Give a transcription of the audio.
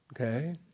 Okay